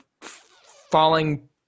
falling